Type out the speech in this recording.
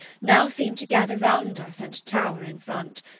now seem to gather round us and tower in front.